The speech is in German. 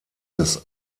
des